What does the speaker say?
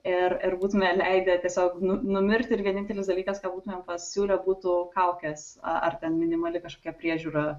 ir ir būtume leidę tiesiog nu numirt ir vienintelis dalykas ką būtumėm pasiūlę būtų kaukes ar bent minimali kažkokia priežiūra